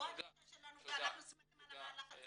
זו הדרישה שלנו ואנחנו שמחים על המהלך הזה.